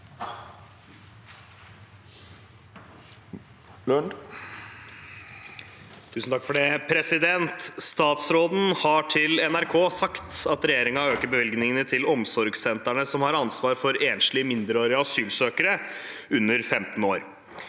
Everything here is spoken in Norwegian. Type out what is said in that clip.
Lund (R) «Statsråden har til NRK sagt at regjeringen øker bevilgningene til omsorgssentrene som har ansvar for enslige mindreårige asylsøkere under 15 år.